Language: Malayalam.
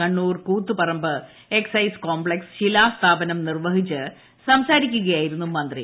കണ്ണൂർ കൂത്തുപറമ്പ് എക്സൈസ് കോംപ്ലക്സ് ശിലാസ് ഥാപനം നിർവഹിച്ച് സംസാരിക്കുകയായിരുന്നു മന്ത്രി